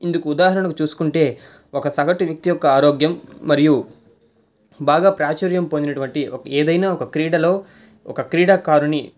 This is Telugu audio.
ఇందుకు ఉదాహరణకు చూసుకుంటే ఒక సగటు వ్యక్తి యొక్క ఆరోగ్యం మరియు బాగా ప్రాచుర్యం పొందినటువంటి ఏదైనా ఒక క్రీడలో ఒక క్రీడాకారుని